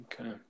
Okay